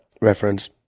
reference